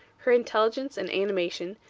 her intelligence and animation,